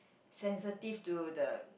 sensitive to the